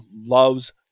loves